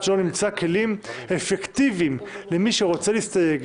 עד שנמצא כלים אפקטיביים למי שרוצה להסתייג